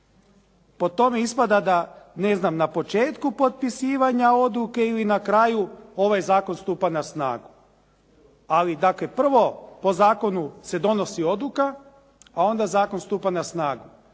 po tome ispada da ne znam na početku potpisivanja odluke ili na kraju ovaj zakon stupa na snagu. Ali dakle, prvo po zakonu se donosi odluka a onda zakon stupa na snagu.